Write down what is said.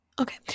okay